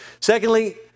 Secondly